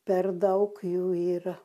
per daug jų yra